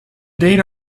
date